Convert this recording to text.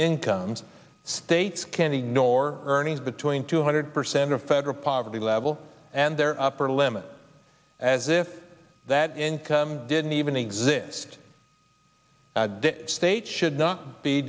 incomes states candy no or earnings between two hundred percent of federal poverty level and their upper limit as if that income didn't even exist at the state should not be